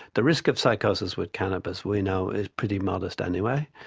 the risk of psychosis with cannabis we know is pretty modest anyway.